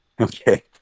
okay